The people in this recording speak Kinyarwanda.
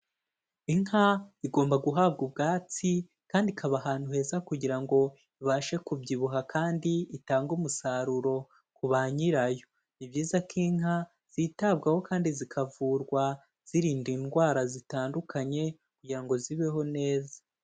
Inka igomba guhabwa ubwatsi kandi ikaba ahantu heza kugira ngo ibashe kubyibuha kandi itange umusaruro ku banyirayo. Ni byiza ko inka zitabwaho kandi zikavurwa zirinda indwara zitandukanye kugira ngo zibeho neza.